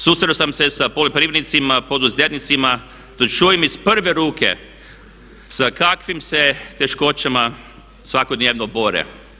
Susreo sam se sa poljoprivrednicima, poduzetnicima da čujem iz prve ruke sa kakvim se teškoćama svakodnevno bore.